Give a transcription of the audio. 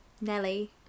Nelly